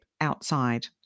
outside